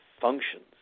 functions